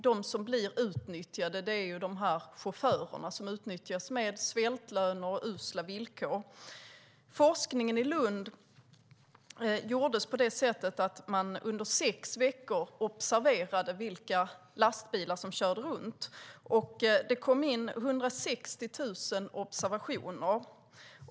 De som blir utnyttjade är chaufförerna, som får svältlöner och usla villkor. Forskningen i Lund gjordes på det sättet att man under sex veckor observerade vilka lastbilar som körde runt. Det kom in 160 000 observationer.